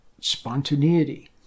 spontaneity